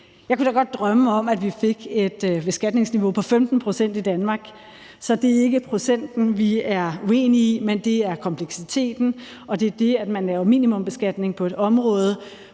Jeg kunne da godt drømme om, at vi fik et beskatningsniveau på 15 pct. i Danmark. Så det er ikke procenten, vi er uenige i, men det er kompleksiteten, og det er det, at man laver minimumsbeskatning på et område,